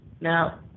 Now